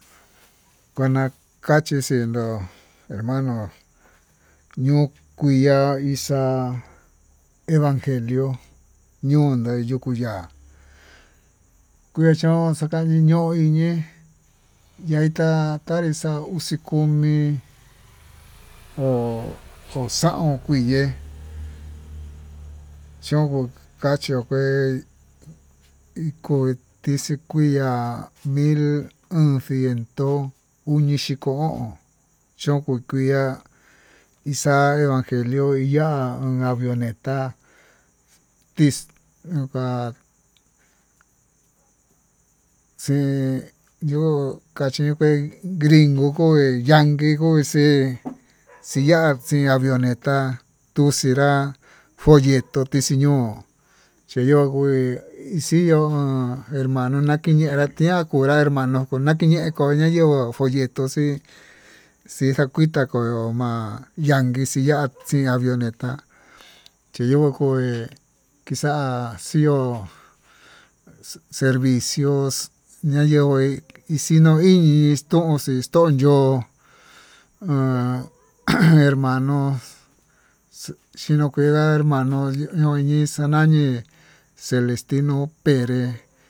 Kuana kachi xindo'ó, hermano nuu kuia kixa'á evangelió nuu yuu kuu xa'á ke'e chón xakañii ñuu iñi yaita tanrita uxi komi, ko'o ko xaón kui ye'e cho'on kaxhió kué ikoí tixii kui'a mil o'on ciento uñii xhiko o'on chokón kui'a ixa'a evangelio kuu ya'á iin avionetá, tix inka xin ñoo kaxike grinco he yan yinko ixii xi ya'á xii avioneta tuu xinrá folleto tixii ño'o chí yo'o kuii ixii yo'ó hermano tayenra kuia kunrá natiñi, nano'o kuu nakiñe ko'í nayenguó folleto xii xi xa'a kuita ko'o ma'a yankii xiya'a xin avioneta, chiyokue kixa'a xió servicio ñayenhuoi ixii ño'o iñiix tonxii xonyó ha a an hermano xhinokue'a hermano ño'o ñii xañañii celestino perez.